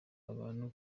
abantu